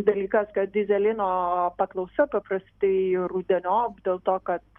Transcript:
dalykas kad dyzelino paklausa paprastėjo rudeniop dėl to kad